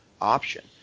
option